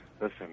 listen